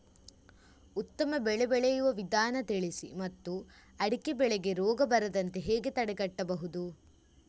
ಉತ್ತಮ ಬೆಳೆ ಬೆಳೆಯುವ ವಿಧಾನ ತಿಳಿಸಿ ಮತ್ತು ಅಡಿಕೆ ಬೆಳೆಗೆ ರೋಗ ಬರದಂತೆ ಹೇಗೆ ತಡೆಗಟ್ಟಬಹುದು?